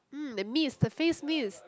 mm the mist the face mist